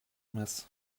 mess